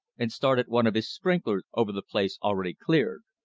and started one of his sprinklers over the place already cleared.